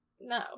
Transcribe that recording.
No